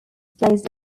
placed